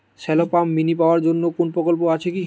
Shallow pump mini power জন্য কোনো প্রকল্প আছে কি?